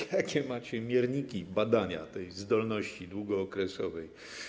Jakie macie mierniki badania tej zdolności długookresowej?